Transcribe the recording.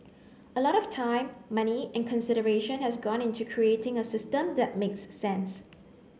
a lot of time money and consideration has gone into creating a system that makes sense